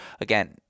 Again